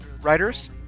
writers